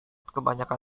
kebanyakan